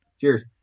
Cheers